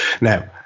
now